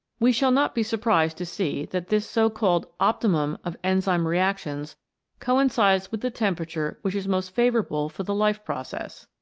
we shall not be surprised to see that this so-called optimum of enzyme reactions coincides with the temperature which is most favourable for the life process.